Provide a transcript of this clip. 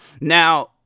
now